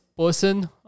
person